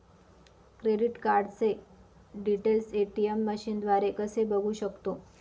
Credit कार्डचे details ATM मशीनद्वारे कसे बघू शकतो?